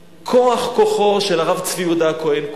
כוח כוחו של הרב צבי יהודה הכהן קוק,